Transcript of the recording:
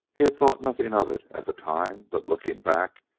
he had thought nothing of it at the time but, looking back,